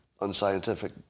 unscientific